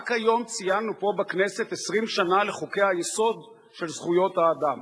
רק היום ציינו פה בכנסת 20 שנה לחוקי-היסוד של זכויות האדם.